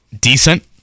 decent